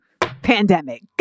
pandemic